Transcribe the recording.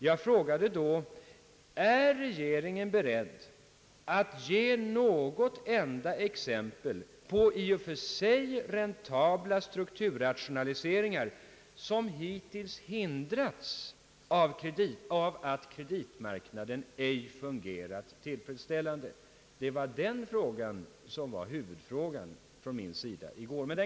Jag frågade då: Är regeringen beredd att ge något enda exempel på i och för sig räntabla strukturrationaliseringar, som hittills hindrats av att kreditmarknaden ej fungerat tillfredsställande? Detta var min huvudfråga i går.